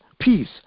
Peace